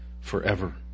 forever